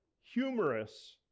humorous